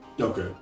Okay